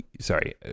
Sorry